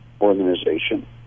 organization